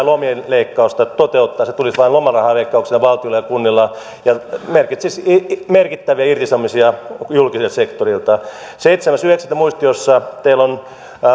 lomien leikkausta toteuttaa se tulisi vain lomarahaleikkauksina valtiolle ja kunnille ja merkitsisi merkittäviä irtisanomisia julkiselta sektorilta seitsemäs yhdeksättä päivätyssä muistiossa teillä on